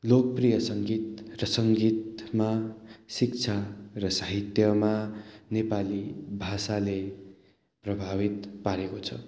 लोकप्रिय सङ्गीत र सङ्गीतमा शिक्षा र साहित्यमा नेपाली भाषाले प्रभावित पारेको छ